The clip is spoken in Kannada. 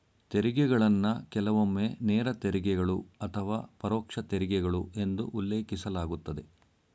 ತೆರಿಗೆಗಳನ್ನ ಕೆಲವೊಮ್ಮೆ ನೇರ ತೆರಿಗೆಗಳು ಅಥವಾ ಪರೋಕ್ಷ ತೆರಿಗೆಗಳು ಎಂದು ಉಲ್ಲೇಖಿಸಲಾಗುತ್ತದೆ